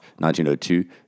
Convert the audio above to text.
1902